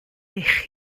eich